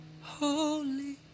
holy